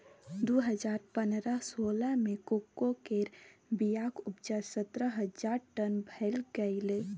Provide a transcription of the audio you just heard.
दु हजार पनरह सोलह मे कोको केर बीयाक उपजा सतरह हजार टन भए गेलै